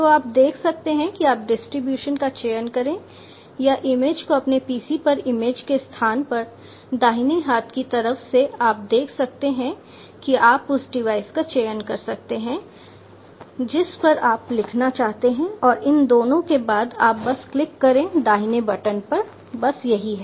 तो आप देख सकते हैं कि आप डिस्ट्रीब्यूशन का चयन करें या इमेज को अपने PC पर इमेज के स्थान पर दाहिने हाथ की तरफ से आप देख सकते हैं कि आप उस डिवाइस का चयन कर सकते हैं जिस पर आप लिखना चाहते हैं और इन दोनों के बाद आप बस क्लिक करें दाहिने बटन पर बस यही है